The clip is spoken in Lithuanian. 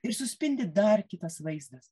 ir suspindi dar kitas vaizdas